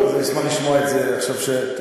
טוב, אז אני אשמח לשמוע את זה עכשיו כשתעלי.